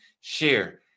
share